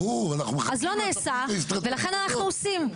אז לא נעשה, ולכן אנחנו עושים.